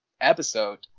episode